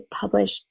published